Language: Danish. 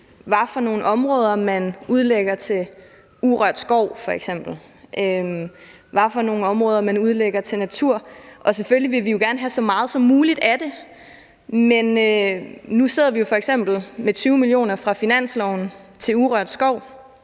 nogle områder man udlægger til urørt skov f.eks., og hvad for nogle områder man udlægger til natur. Selvfølgelig vil vi gerne have så meget som muligt af det, men nu sidder vi jo f.eks. med 20 mio. kr. fra finansloven til urørt skov,